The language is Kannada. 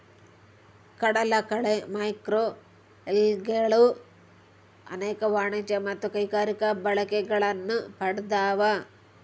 ಕಡಲಕಳೆ ಮ್ಯಾಕ್ರೋಲ್ಗೆಗಳು ಅನೇಕ ವಾಣಿಜ್ಯ ಮತ್ತು ಕೈಗಾರಿಕಾ ಬಳಕೆಗಳನ್ನು ಪಡ್ದವ